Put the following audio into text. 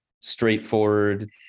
straightforward